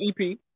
EP